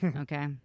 okay